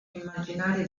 immaginare